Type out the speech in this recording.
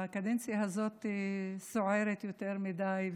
הקדנציה הזאת סוערת יותר מדי.